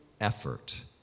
effort